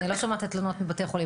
אני לא שומעת את התלונות מבתי חולים.